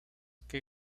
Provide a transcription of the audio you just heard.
que